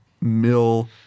Mill